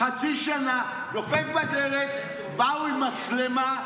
חצי שנה, דופק בדלת, באו עם מצלמה.